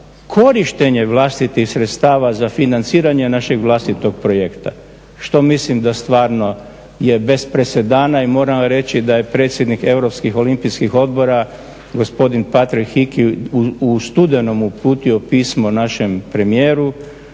korištenje vlastitih sredstava za financiranje našeg vlastitog projekta, što mislim da stvarno je bez presedana i moram reći da je predsjednik Europskih olimpijskih odbora gospodin Patrick Hickey u studenom uputio pismo našem premijeru